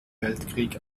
weltkrieg